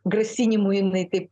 grasinimų jinai kaip